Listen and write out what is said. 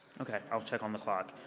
okay. i'm check on the clock.